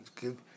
give